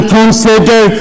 consider